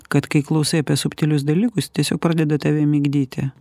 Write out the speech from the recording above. kad kai klausai apie subtilius dalykus tiesiog pradeda tave migdyti